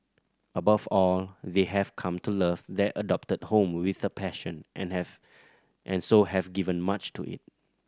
above all they have come to love their adopted home with a passion and have and so have given much to it